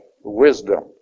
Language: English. wisdom